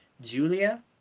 Julia